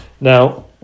Now